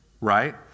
right